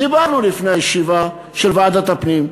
דיברנו לפני הישיבה של ועדת הפנים,